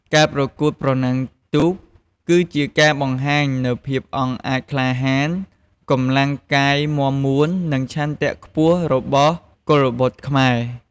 ការប្រកួតប្រណាំងទូកគឺជាការបង្ហាញនូវភាពអង់អាចក្លាហាន កម្លាំងកាយមាំមួន និងឆន្ទៈខ្ពស់របស់កុលបុត្រខ្មែរ។